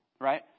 Right